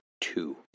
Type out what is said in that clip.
two